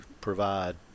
provide